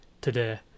today